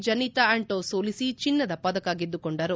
ಜೆನ್ನಿತಾ ಆಂಟೋ ಸೋಲಿಸಿ ಚಿನ್ನದ ಪದಕ ಗೆದ್ದುಕೊಂಡರು